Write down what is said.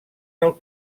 del